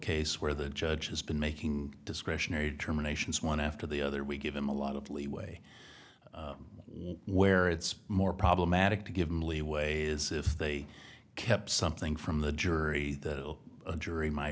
case where the judge has been making discretionary determinations one after the other we give him a lot of leeway where it's more problematic to give them leeway is if they kept something from the jury that a jury m